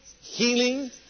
healing